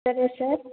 సరే సార్